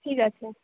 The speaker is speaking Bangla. ঠিক আছে